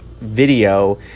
video